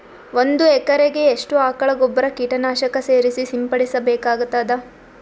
ಒಂದು ಎಕರೆಗೆ ಎಷ್ಟು ಆಕಳ ಗೊಬ್ಬರ ಕೀಟನಾಶಕ ಸೇರಿಸಿ ಸಿಂಪಡಸಬೇಕಾಗತದಾ?